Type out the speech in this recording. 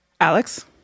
Alex